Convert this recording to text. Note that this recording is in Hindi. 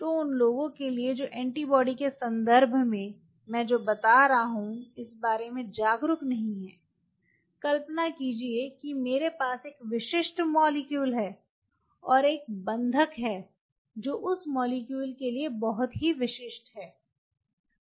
तो उन लोगों के लिए जो एंटीबॉडी के संदर्भ में मैं जो बता रहा हूं इस बारे में जागरूक नहीं हैं कल्पना कीजिये कि मेरे पास एक विशिष्ट मॉलिक्यूल है और एक बंधक है जो उस मॉलिक्यूल के लिए बहुत विशिष्ट है